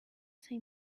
say